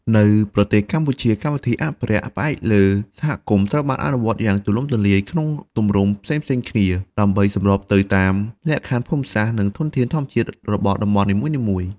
នៅប្រទេសកម្ពុជា កម្មវិធីអភិរក្សផ្អែកលើសហគមន៍ ត្រូវបានអនុវត្តយ៉ាងទូលំទូលាយក្នុងទម្រង់ផ្សេងៗគ្នា ដើម្បីសម្របទៅតាមលក្ខខណ្ឌភូមិសាស្ត្រ និងធនធានធម្មជាតិរបស់តំបន់នីមួយៗ។